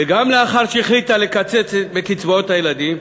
וגם לאחר שהחליטה לקצץ בקצבאות הילדים,